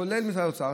כולל משרד האוצר,